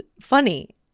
funny